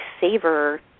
savor